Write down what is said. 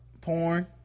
porn